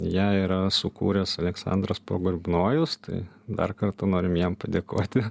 ją yra sukūręs aleksandras pogrebnojus tai dar kartą norim jam padėkoti